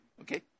Okay